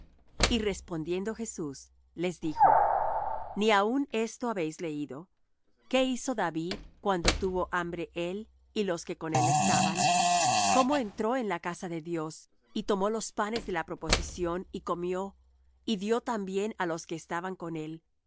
y respondiendo jesús les dijo ni aun esto habéis leído qué hizo david cuando tuvo hambre él y los que con él estaban cómo entró en la casa de dios y tomó los panes de la proposición y comió y dió también á los que estaban con él